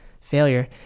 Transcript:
failure